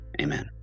amen